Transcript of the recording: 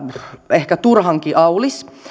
ehkä turhankin aulis